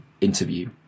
interview